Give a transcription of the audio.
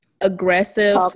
aggressive